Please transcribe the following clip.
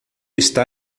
está